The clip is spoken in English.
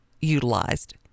utilized